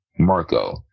marco